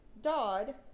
Dodd